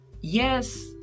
Yes